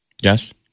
Yes